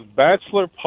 bachelor